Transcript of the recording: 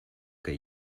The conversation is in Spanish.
que